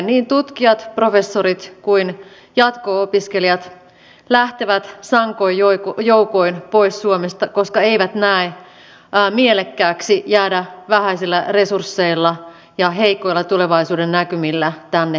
niin tutkijat professorit kuin jatko opiskelijat lähtevät sankoin joukoin pois suomesta koska eivät näe mielekkääksi jäädä vähäisillä resursseilla ja heikoilla tulevaisuudennäkymillä tänne töihin